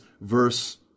verse